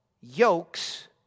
yokes